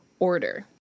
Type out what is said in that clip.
order